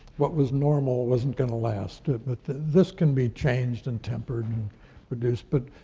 what was normal wasn't gonna last. but this can be changed and tempered and produced. but